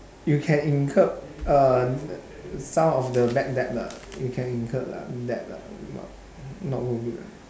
you can incur uh some of the debt debt lah you can incur lah debt lah not not worth it lah